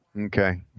Okay